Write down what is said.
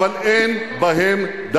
אבל לא די בהם.